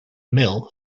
mill